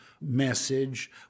message